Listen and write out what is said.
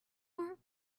more